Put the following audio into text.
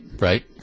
right